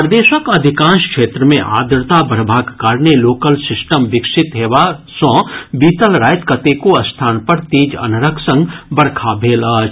प्रदेशक अधिकांश क्षेत्र मे आर्द्रता बढ़बाक कारणे लोकल सिस्टम विकसित हेबा सँ बीतल राति कतेको स्थान पर तेज अन्हरक संग बरखा भेल अछि